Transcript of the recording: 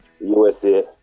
USA